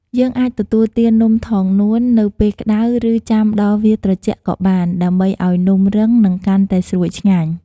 យើងអាចទទួលទាននំថងនួននៅពេលក្តៅ ឬចាំដល់វាត្រជាក់ក៏បាន ដើម្បីឱ្យនំរឹង និងកាន់តែស្រួយឆ្ងាញ់។